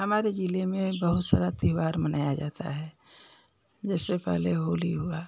हमारे ज़िले में बहुत सारा त्योहार मनाया जाता है जैसे पहले होली हुआ